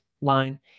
line